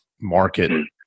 market